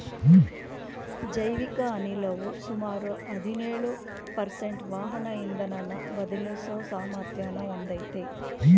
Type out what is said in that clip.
ಜೈವಿಕ ಅನಿಲವು ಸುಮಾರು ಹದಿನೇಳು ಪರ್ಸೆಂಟು ವಾಹನ ಇಂಧನನ ಬದಲಿಸೋ ಸಾಮರ್ಥ್ಯನ ಹೊಂದಯ್ತೆ